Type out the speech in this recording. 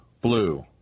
blue